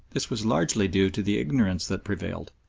this was largely due to the ignorance that prevailed,